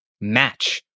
match